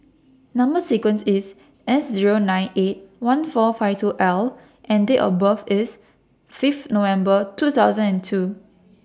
Number sequence IS S Zero nine eight one four five two L and Date of birth IS Fifth November two thousand and two